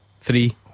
Three